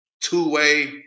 two-way